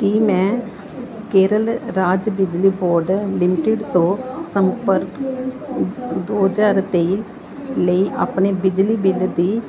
ਕੀ ਮੈਂ ਕੇਰਲ ਰਾਜ ਬਿਜਲੀ ਬੋਰਡ ਲਿਮਟਿਡ ਤੋਂ ਸੰਪਰਕ ਦੋ ਹਜ਼ਾਰ ਤੇਈ ਲਈ ਆਪਣੇ ਬਿਜਲੀ ਬਿੱਲ ਦੀ